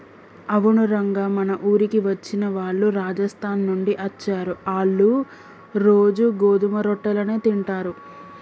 అవును రంగ మన ఊరికి వచ్చిన వాళ్ళు రాజస్థాన్ నుండి అచ్చారు, ఆళ్ళ్ళు రోజూ గోధుమ రొట్టెలను తింటారు